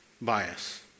bias